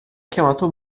chiamato